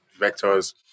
vectors